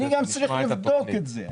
אני צריך לבדוק את זה.